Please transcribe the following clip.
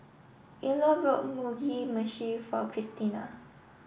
Ilo bought Mugi meshi for Christina